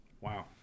Wow